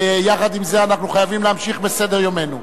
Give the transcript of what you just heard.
יחד עם זה אנחנו חייבים להמשיך בסדר-יומנו.